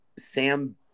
sam